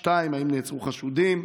2. האם נעצרו חשודים?